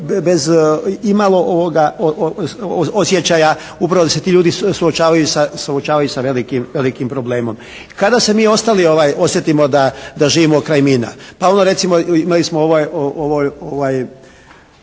bez imalo osjećaja upravo da se ti ljudi suočavaju sa velikim problemom. Kada se mi ostali osjetimo da živimo kraj mina. Pa onda recimo, imali smo ovu